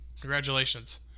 Congratulations